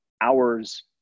hours